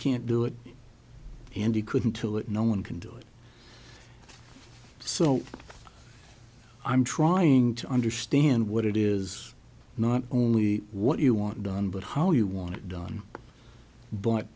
can't do it and you couldn't kill it no one can do it so i'm trying to understand what it is not only what you want done but how you want it done but